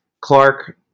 Clark